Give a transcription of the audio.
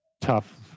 tough